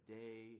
day